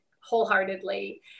wholeheartedly